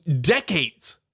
decades